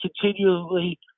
continually